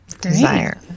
Desire